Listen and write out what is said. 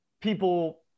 people